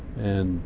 and